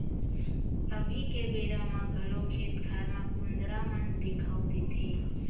अभी के बेरा म घलौ खेत खार म कुंदरा मन देखाउ देथे